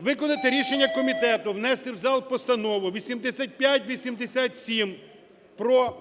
виконати рішення комітету, внести в зал Постанову 8587 про